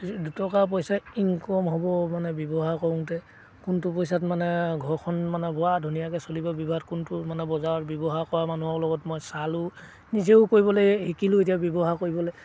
দুটকা পইচা ইনকম হ'ব মানে ব্যৱহাৰ কৰোঁতে কোনটো পইচাত মানে ঘৰখন মানে পুৰা ধুনীয়াকৈ চলিব বিবাদ কোনটো মানে বজাৰত ব্যৱহাৰ কৰা মানুহৰ লগত মই চালোঁ নিজেও কৰিবলৈ শিকিলোঁ এতিয়া ব্যৱহাৰ কৰিবলৈ